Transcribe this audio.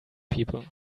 people